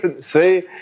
see